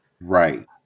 Right